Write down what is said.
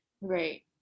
right